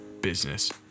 business